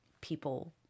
people